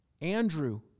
Andrew